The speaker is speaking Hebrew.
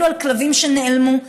אפילו על כלבים שנעלמו,